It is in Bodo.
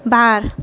बार